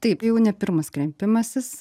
taip jau ne pirmas kreipimasis